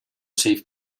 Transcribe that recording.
safe